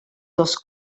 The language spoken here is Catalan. dos